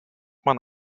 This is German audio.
man